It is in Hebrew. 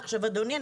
אדוני,